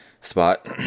spot